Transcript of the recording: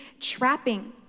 trapping